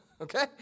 okay